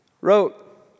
wrote